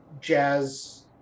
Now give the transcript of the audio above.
jazz